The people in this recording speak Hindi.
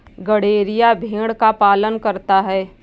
गड़ेरिया भेड़ का पालन करता है